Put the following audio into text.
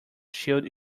shield